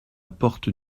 porte